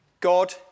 God